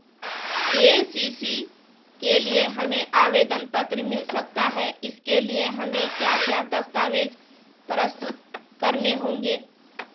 KCC के लिए हमें आवेदन पत्र मिल सकता है इसके लिए हमें क्या क्या दस्तावेज़ प्रस्तुत करने होंगे?